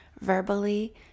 verbally